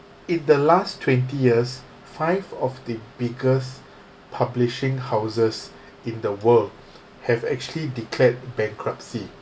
in the last twenty years five of the biggest publishing houses in the world have actually declared bankruptcy